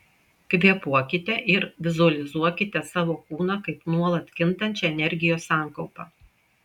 kvėpuokite ir vizualizuokite savo kūną kaip nuolat kintančią energijos sankaupą